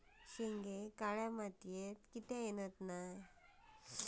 शेंगे काळ्या मातीयेत का येत नाय?